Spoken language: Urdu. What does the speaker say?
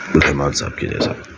رحمان صاحب کے جیسا